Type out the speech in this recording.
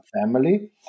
family